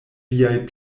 viaj